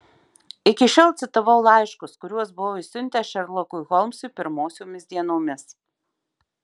iki šiol citavau laiškus kuriuos buvau išsiuntęs šerlokui holmsui pirmosiomis dienomis